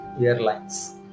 airlines